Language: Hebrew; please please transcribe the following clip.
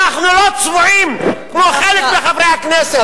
אנחנו לא צבועים כמו חלק מחברי הכנסת,